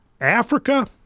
Africa